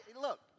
Look